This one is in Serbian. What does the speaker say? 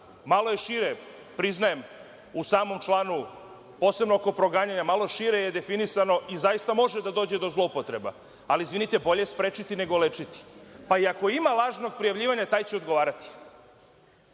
Malo je šire, priznajem, u samom članu, posebno oko proganjanja, definisano i zaista može da dođe do zloupotreba, ali izvinite, bolje sprečiti nego lečiti, pa i ako ima lažnog prijavljivanja taj će odgovarati.